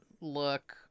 look